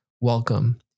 welcome